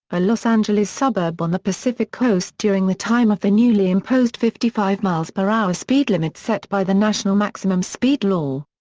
a los angeles suburb on the pacific coast during the time of the newly imposed fifty five mph speed limit set by the national maximum speed law.